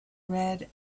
red